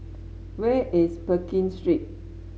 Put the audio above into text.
where is Pekin Street